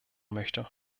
möchte